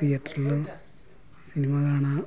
തിയേറ്ററിലും cinema കാണാന്